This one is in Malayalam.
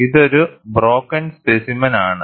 ഇതൊരു ബ്രോക്കൺ സ്പെസിമെൻ ആണ്